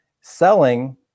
selling